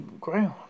ground